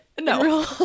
no